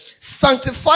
Sanctify